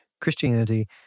Christianity